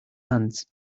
hands